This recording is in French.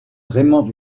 vraiment